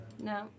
No